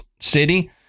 city